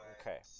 Okay